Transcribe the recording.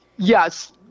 Yes